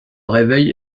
réveille